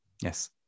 Yes